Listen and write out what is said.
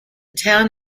town